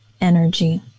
energy